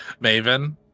Maven